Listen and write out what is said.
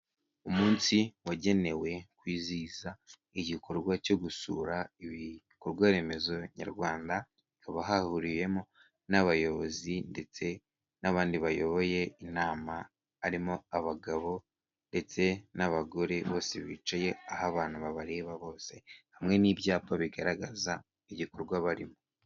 Umunsi wagenewe kwizihiza, igikorwa cyo gusura ibikorwa remezo nyarwanda, haba hahuriyemo n'abayobozi ndetse n'abandi bayoboye inama, harimo abagabo ndetse n'abagore, bose bicaye aho abantu babareba bose, hamwe n'ibyapa bigaragaza igikorwa barimo.